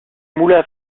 moulins